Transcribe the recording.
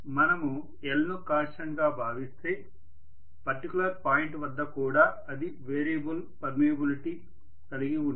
మనము L ను constant గా భావిస్తే పర్టికులర్ పాయింట్ వద్ద కూడా అది వేరియబుల్ పర్మియబులిటి కలిగి ఉండదు